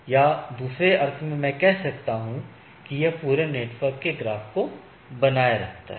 या दूसरे अर्थ में मैं कह सकता हूं कि यह पूरे नेटवर्क के ग्राफ को बनाए रखता है